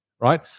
right